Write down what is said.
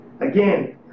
Again